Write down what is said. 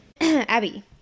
Abby